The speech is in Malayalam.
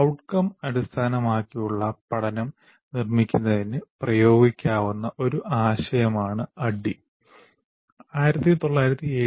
ഔട്ട്കം അടിസ്ഥാനമാക്കിയുള്ള പഠനം നിർമ്മിക്കുന്നതിന് പ്രയോഗിക്കാവുന്ന ഒരു ആശയമാണ് ADDIE